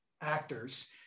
actors